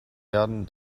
werden